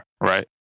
right